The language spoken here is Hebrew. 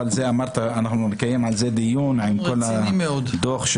אבל אמרת שאנחנו נקיים על זה דיון עם כל הדוח של